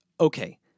Okay